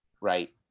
right